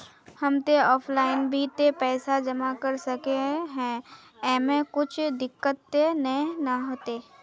हम ते ऑफलाइन भी ते पैसा जमा कर सके है ऐमे कुछ दिक्कत ते नय न होते?